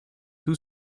too